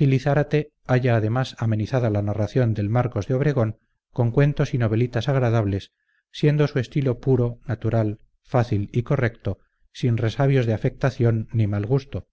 y zárate halla además amenizada la narración del marcos de obregón con cuentos y novelitas agradables siendo su estilo puro natural fácil y correcto sin resabios de afectación ni mal gusto